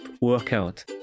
workout